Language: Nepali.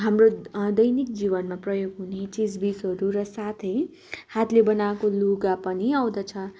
हाम्रो दैनिक जीवनमा प्रयोग हुने चिजबिजहरू र साथै हातले बनाएको लुगा पनि आउँदछ